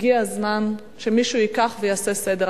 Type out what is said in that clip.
הגיע הזמן שמישהו ייקח ויעשה סדר.